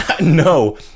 no